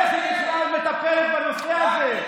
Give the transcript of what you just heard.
איך היא בכלל מטפלת בנושא הזה?